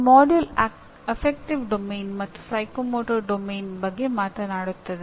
ಈ ಪಠ್ಯಕ್ರಮ affective domain ಬಗ್ಗೆ ಮಾತನಾಡುತ್ತದೆ